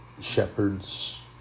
shepherds